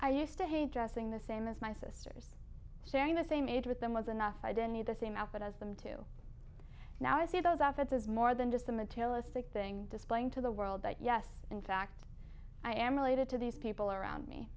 i used to hate dressing the same as my sisters sharing the same age with them was enough i didn't need the same outfit as them too now i see those outfits as more than just a materialistic thing displaying to the world that yes in fact i am related to these people around me